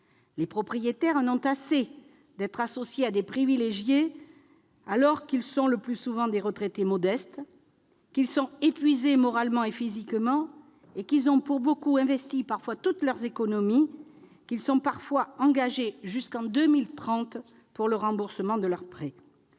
de l'immeuble, assez d'être assimilés à des privilégiés alors qu'ils sont le plus souvent des retraités modestes épuisés moralement et physiquement, qu'ils ont pour beaucoup investi toutes leurs économies et qu'ils se sont parfois engagés jusqu'en 2030 pour le remboursement de leur prêt.